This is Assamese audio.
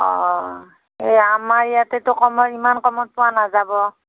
অঁ এ আমাৰ ইয়াততো কমৰ ইমান কমত পোৱা নাযাব